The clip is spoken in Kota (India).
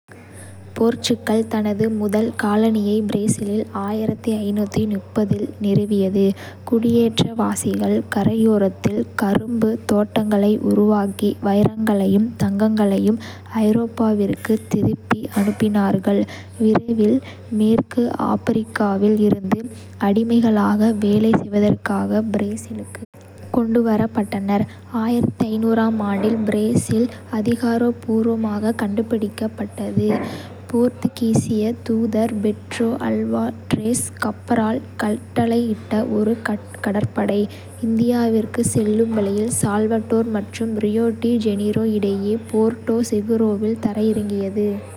போர்ச்சுகல் தனது முதல் காலனியை பிரேசிலில் இல் நிறுவியது. குடியேற்றவாசிகள் கரையோரத்தில் கரும்பு தோட்டங்களை உருவாக்கி வைரங்களையும் தங்கத்தையும் ஐரோப்பாவிற்கு திருப்பி அனுப்பினார்கள். விரைவில், மேற்கு ஆப்பிரிக்காவில் இருந்து அடிமைகளாக வேலை செய்வதற்காக பிரேசிலுக்கு கொண்டு வரப்பட்டனர். ஆம் ஆண்டில் பிரேசில் அதிகாரப்பூர்வமாக கண்டுபிடிக்கப்பட்டது, போர்த்துகீசிய தூதர் பெட்ரோ அல்வாரெஸ் கப்ரால் கட்டளையிட்ட ஒரு கடற்படை, இந்தியாவிற்குச் செல்லும் வழியில், சால்வடார் மற்றும் ரியோ டி ஜெனிரோ இடையே போர்டோ செகுரோவில் தரையிறங்கியது.